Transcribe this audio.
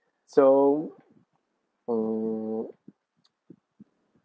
so mm